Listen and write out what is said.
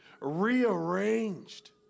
rearranged